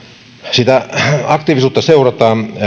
aktiivisuutta seurataan